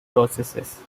processes